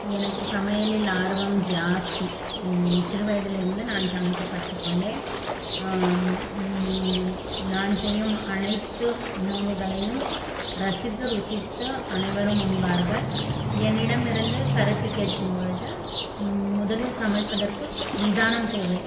எனக்கு சமையலில் ஆர்வம் ஜாஸ்தி சிறுவயதிலிருந்து நான் சமைக்கக் கற்றுக்கொண்டேன் நான் செய்யும் அனைத்து உணவுகளையும் ரசித்து ருசித்து அனைவரும் உண்பார்கள் என்னிடமிருந்து கருத்து கேட்கும்பொழுது முதலில் சமைப்பதற்கு நிதானம் தேவை